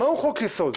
מהו חוק יסוד?